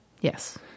Yes